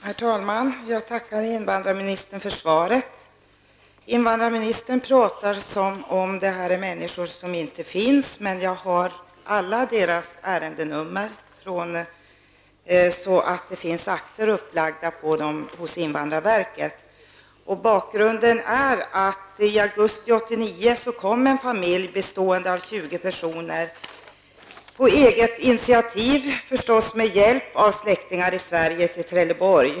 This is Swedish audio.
Herr talman! Jag tackar invandrarministern för svaret. Invandrarministern talar som om det här är människor som inte finns, men jag har alla deras ärendenummer, så jag vet att det finns akter upplagda på dem hos invandrarverket. Bakgrunden är denna. I augusti 1989 kom en familj bestående av 20 personer på eget initiativ, med hjälp av släktingar i Sverige, till Trelleborg.